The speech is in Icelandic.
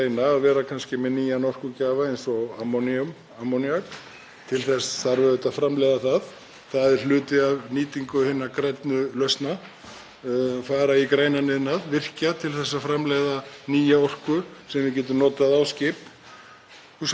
fara í grænan iðnað, virkja til að framleiða nýja orku sem við getum notað á skip, hugsanlega flugvélar og þyngri vélar og forsenda fyrir því að við getum gert það. Það verður erfitt að vera, held ég, á rafmagnsskipi á svona langri leið,